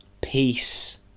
peace